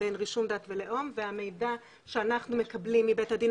בין רישום דת ולאום והמידע שאנחנו מקבלים מבית הדין